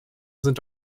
sind